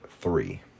three